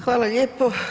Hvala lijepo.